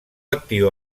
actiu